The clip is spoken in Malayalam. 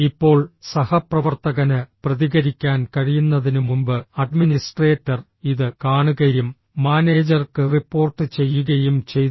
ഇപ്പോൾ സഹപ്രവർത്തകന് പ്രതികരിക്കാൻ കഴിയുന്നതിനുമുമ്പ് അഡ്മിനിസ്ട്രേറ്റർ ഇത് കാണുകയും മാനേജർക്ക് റിപ്പോർട്ട് ചെയ്യുകയും ചെയ്തു